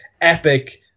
epic